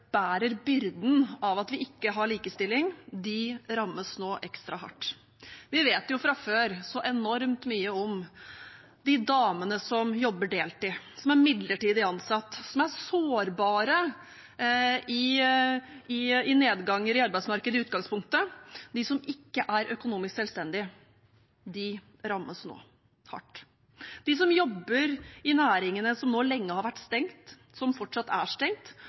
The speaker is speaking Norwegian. bærer byrden av at vi ikke har likestilling, rammes nå ekstra hardt. Vi vet jo fra før så enormt mye om de damene som jobber deltid, som er midlertidig ansatt, som er sårbare i nedgangstider i arbeidsmarkedet i utgangspunktet, de som ikke er økonomisk selvstendige – de rammes nå hardt. Det gjør også de som jobber i næringene som nå lenge har vært stengt, som fortsatt er stengt,